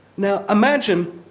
now imagine,